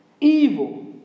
evil